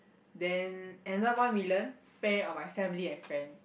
then another one million spend it on my family and friends